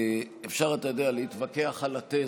אפשר, אתה יודע, להתווכח על התזה,